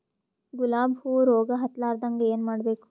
ಗುಲಾಬ್ ಹೂವು ರೋಗ ಹತ್ತಲಾರದಂಗ ಏನು ಮಾಡಬೇಕು?